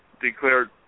declared